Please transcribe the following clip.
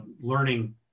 learning